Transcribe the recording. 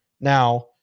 now